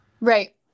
Right